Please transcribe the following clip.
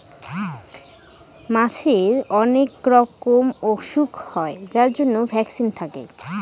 মাছের অনেক রকমের ওসুখ হয় যার জন্য ভ্যাকসিন থাকে